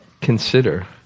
consider